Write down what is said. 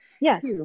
yes